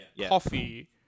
coffee